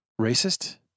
racist